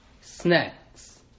snacks